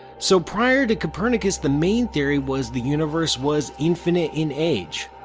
so prior to copernicus the main theory was the universe was infinite in age,